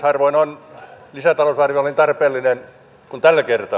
harvoin on lisätalousarvio niin tarpeellinen kuin tällä kertaa